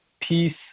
peace